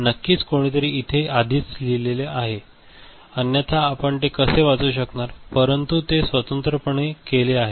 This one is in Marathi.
नक्कीच कोणीतरी इथे आधीच लिहिलेले आहे अन्यथा आपण ते कसे वाचू शकणार परंतु ते स्वतंत्रपणे केले आहे